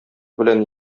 белән